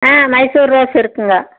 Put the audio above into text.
ஆ Mysore rose இருக்குதுங்க